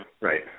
right